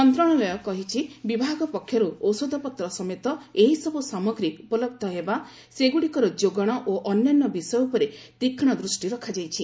ମନ୍ତ୍ରଣାଳୟ କହିଛି ବିଭାଗ ପକ୍ଷରୁ ଔଷଧପତ୍ର ସମେତ ଏହିସବୁ ସାମଗ୍ରୀ ଉପଲହ୍ଧ ହେବା ସେଗୁଡ଼ିକର ଯୋଗାଣ ଓ ଅନ୍ୟାନ୍ୟ ବିଷୟ ଉପରେ ତୀକ୍ଷ୍ଣ ଦୂଷ୍ଟି ରଖାଯାଇଛି